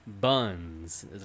buns